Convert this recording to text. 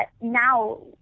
now